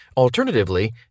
Alternatively